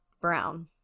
brown